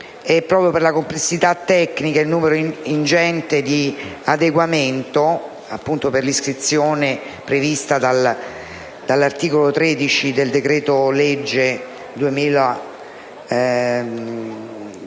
in ragione della complessità tecnica e del numero ingente di adeguamenti, che, per l'iscrizione prevista dall'articolo 13 del decreto-legge n.